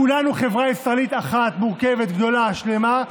כולנו חברה ישראלית אחת, מורכבת, גדולה, שלמה,